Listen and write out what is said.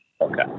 Okay